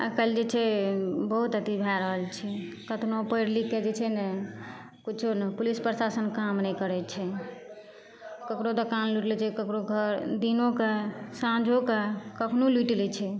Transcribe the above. आइकाल्हि जे छै बहुत अथी भए रहल छै कतनो पढ़ि लिखके जे छै ने किछु नहि पुलिस प्रशासन काम नहि करै छै ककरो दोकान लुटि लै छै ककरो घर दिनो कए साँझो कए कखनो लुटि लै छै